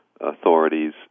authorities